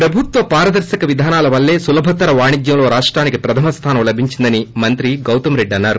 ప్రభుత్వ పారదర్పక విధానాల వల్లసే సులభ తర వాణిజ్యంలో రాష్షానికి ప్రధమ స్థానం లభించిందని మంత్రి గౌతమ్ రెడ్డి అన్నారు